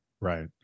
Right